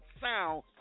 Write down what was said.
sound